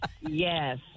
Yes